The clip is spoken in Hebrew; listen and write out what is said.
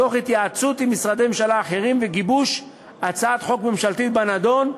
תוך התייעצות עם משרדי ממשלה אחרים וגיבוש הצעת חוק ממשלתית בנדון,